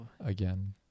again